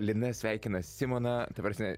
lina sveikina simoną ta prasme